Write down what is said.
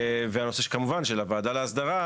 נושא הוועדה לאסדרה